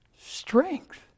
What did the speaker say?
strength